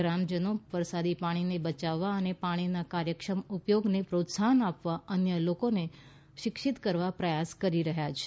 ગ્રામજનો વરસાદી પાણીને બચાવવા અને પાણીના કાર્યક્ષમ ઉપયોગને પ્રોત્સાહન આપવા અન્ય લોકોને શિક્ષિત કરવા પ્રયાસ કરી રહ્યા છે